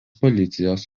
policijos